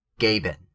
Gaben